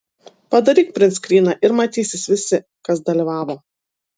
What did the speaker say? padaryk printskryną ir matysis visi kas dalyvavo